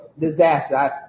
disaster